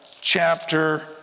chapter